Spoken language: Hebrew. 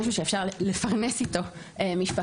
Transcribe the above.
משהו שאפשר לפרנס איתו משפחה.